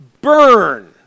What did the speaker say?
Burn